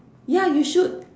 ya you should